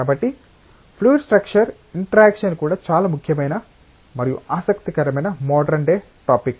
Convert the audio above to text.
కాబట్టి fluid structure interaction కూడా చాలా ముఖ్యమైన మరియు ఆసక్తికరమైన మోడరన్ డే టాపిక్